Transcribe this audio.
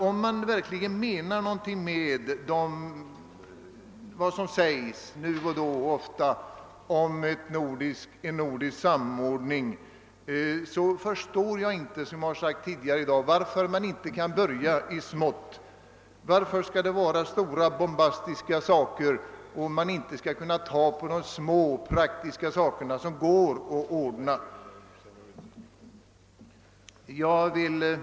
Om man verkligen menar någonting med allt det som nu och då och ganska ofta sägs om en nordisk samordning, förstår jag inte — som jag sagt tidigare i dag — varför man inte kan börja i smått. Varför skall det vara stora bombastiska saker? Varför kan man inte ta sig an de små praktiska frågor som det går att ordna? Herr talman!